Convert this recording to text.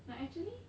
like actually